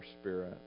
spirit